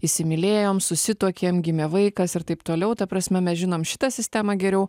įsimylėjom susituokėm gimė vaikas ir taip toliau ta prasme mes žinom šitą sistemą geriau